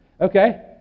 okay